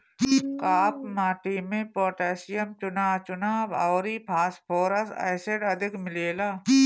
काप माटी में पोटैशियम, चुना, चुना अउरी फास्फोरस एसिड अधिक मिलेला